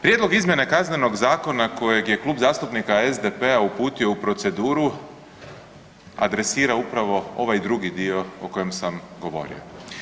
Prijedlog izmjena Kaznenog zakona kojeg je Klub zastupnika SDP-a uputio u proceduru adresira upravo ovaj drugi dio o kojem sam govorio.